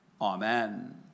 Amen